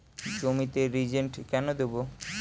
জমিতে রিজেন্ট কেন দেবো?